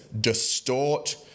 distort